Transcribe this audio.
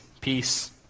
peace